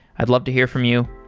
i'd love to hear from you.